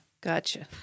gotcha